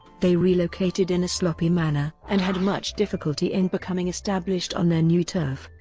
they relocated in a sloppy manner and had much difficulty in becoming established on their new turf.